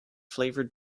flavored